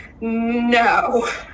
no